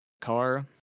car